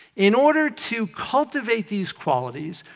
in order to cultivate these qualities,